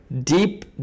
deep